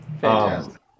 Fantastic